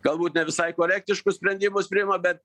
galbūt ne visai korektiškus sprendimus priima bet